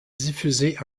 diffusée